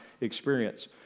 experience